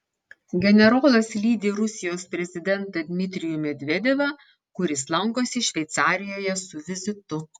generolas lydi rusijos prezidentą dmitrijų medvedevą kuris lankosi šveicarijoje su vizitu